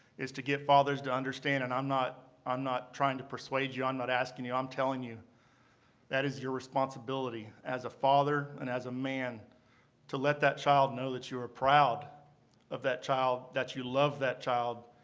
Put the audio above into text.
to get fathers to understand. and i'm not i'm not trying to persuade you. i'm ah not asking you. i'm telling you that is your responsibility as a father and as a man to let that child know that you are proud of that child, that you love that child,